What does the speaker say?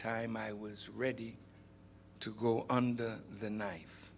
time i was ready to go under the knife